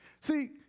See